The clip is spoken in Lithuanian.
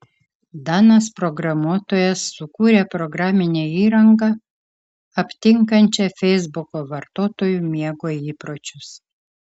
danas programuotojas sukūrė programinę įrangą aptinkančią feisbuko vartotojų miego įpročius